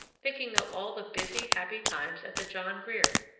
thinking of all the busy, happy times at the john grier,